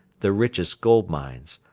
the richest gold mines,